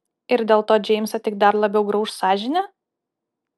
ir dėl to džeimsą tik dar labiau grauš sąžinė